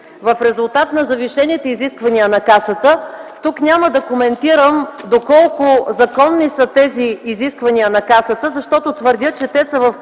В резултат на завишените изисквания на Касата – тук няма да коментирам доколко законни са тези изисквания, защото твърдя, че те са в пълно